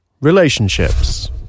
Relationships